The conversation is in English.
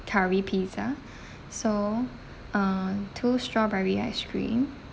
curry pizza so uh two strawberry ice cream